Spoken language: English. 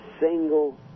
single